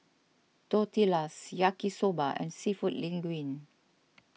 Tortillas Yaki Soba and Seafood Linguine